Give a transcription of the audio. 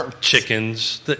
chickens